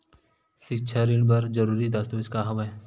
सिक्छा ऋण बर जरूरी दस्तावेज का हवय?